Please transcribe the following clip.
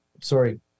sorry